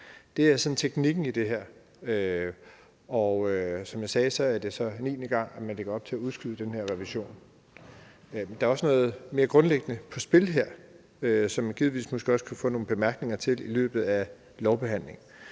Det er sådan teknikken ved det her, og som jeg sagde, er det så niende gang, at man lægger op til at udskyde den her revision. Der er også noget mere grundlæggende på spil her, som givetvis også kan få nogle bemærkninger i løbet af lovbehandlingen.